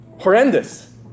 Horrendous